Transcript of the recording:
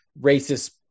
racist